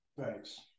Thanks